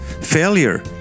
failure